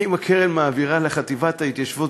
אם הקרן מעבירה לחטיבה להתיישבות,